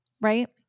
right